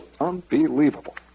Unbelievable